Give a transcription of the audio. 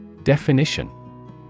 definition